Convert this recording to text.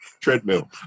treadmill